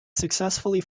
successfully